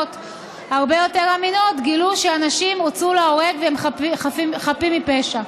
הרבה יותר אמינות גילו שאנשים שהוצאו להורג הם חפים מפשע.